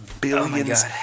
billions